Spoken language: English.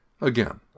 again